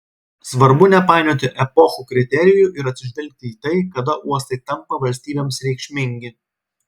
svarbu nepainioti epochų kriterijų ir atsižvelgti į tai kada uostai tampa valstybėms reikšmingi